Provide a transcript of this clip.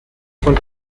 von